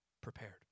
prepared